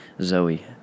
Zoe